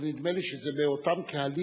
אבל נדמה לי שזה באותם קהלים